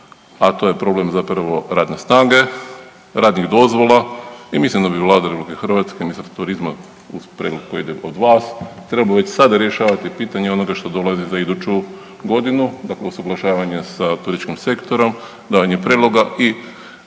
a to je problem zapravo radne snage, radnih dozvola i mislim da bi Vlada RH, ministar turizma uz prijedlog koji ide od vas trebao već sada rješavati pitanje onoga što dolazi za iduću godinu. Dakle, usuglašavanje sa turističkim sektorom, davanje prijedloga i